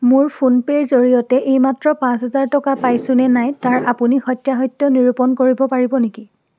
মোৰ ফোন পে'ৰ জৰিয়তে এইমাত্ৰ পাঁচ হাজাৰ টকা পাইছোঁ নে নাই তাৰ আপুনি সত্যাসত্য নিৰূপণ কৰিব পাৰিব নেকি